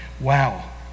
wow